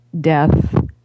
death